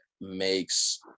makes